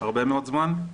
הרבה מאוד זמן.